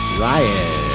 Riot